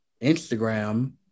Instagram